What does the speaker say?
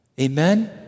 Amen